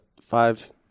five